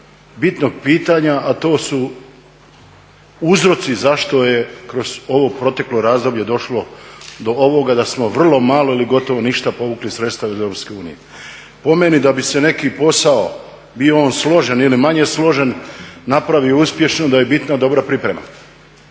bitnog pitanja, a to su uzroci zašto je kroz ovo proteklo razdoblje došlo do ovoga da smo vrlo malo ili gotovo ništa povukli sredstva iz EU. Po meni da bi se neki posao bio on složen ili manje složen napravio uspješno da je bitna dobra priprema.